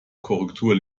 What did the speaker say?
korrektur